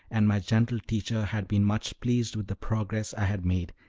and my gentle teacher had been much pleased with the progress i had made,